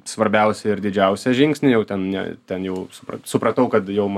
svarbiausią ir didžiausią žingsnį jau ten ne ten jau supra supratau kad jau ma